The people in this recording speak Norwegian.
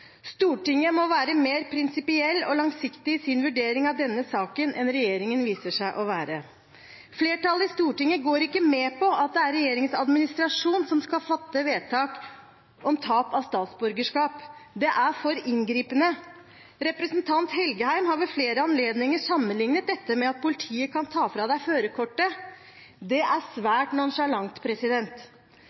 Stortinget må være mer prinsipiell og langsiktig i sin vurdering av denne saken enn regjeringen viser seg å være. Flertallet i Stortinget går ikke med på at det er regjeringens administrasjon som skal fatte vedtak om tap av statsborgerskap. Det er for inngripende. Representanten Engen-Helgheim har ved flere anledninger sammenlignet dette med at politiet kan ta fra deg førerkortet. Det er svært